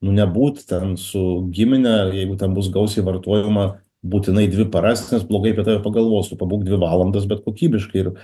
nu nebūt ten su gimine jeigu ten bus gausiai vartojama būtinai dvi paras nes blogai apie tave pagalvos tu pabūk dvi valandas bet kokybiškai ir